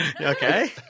Okay